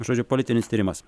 žodžiu politinis tyrimas